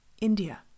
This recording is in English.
India